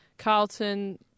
Carlton